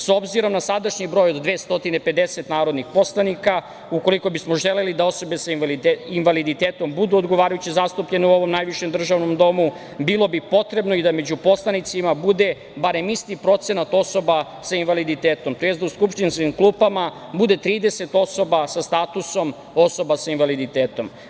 S obzirom na sadašnji broj od 250 narodnih poslanika, ukoliko bismo želeli da osobe sa invaliditetom budu odgovarajuće zastupljene u ovom najvišem državnom domu, bilo bi potrebno i da među poslanicima bude barem isti procenat osoba sa invaliditetom, tj. da u skupštinskim klupama bude 30 osoba sa statusom osoba sa invaliditetom.